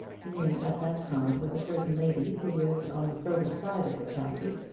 being at that time with a certain lady who lived on the further side of the county,